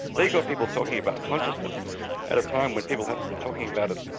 they got people talking about consciousness at a time when people hadn't been talking about it